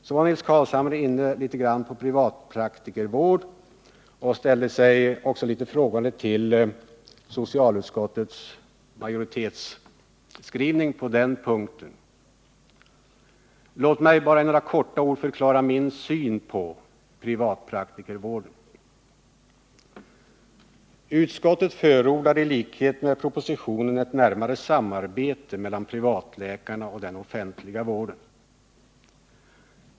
Nils Carlshamre var också inne på frågan om privatpraktikervården och ställde sig litet frågande till socialutskottets majoritetsskrivning på den punkten. Låt mig helt kort förklara min syn på privatpraktikervården. Utskottet förordar i likhet med vad som sägs i propositionen ett närmare samarbete mellan privatläkarna och den offentliga vården.